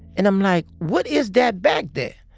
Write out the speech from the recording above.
and i'm like, what is that back there?